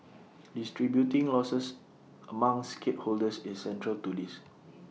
distributing losses among stakeholders is central to this